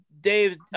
Dave